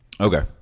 Okay